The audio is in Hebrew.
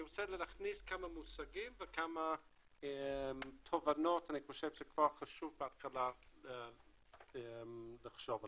אני רוצה להכניס כמה מושגים וכמה תובנות שחשוב כבר בהתחלה לחשוב עליהם.